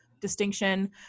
distinction